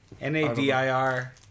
N-A-D-I-R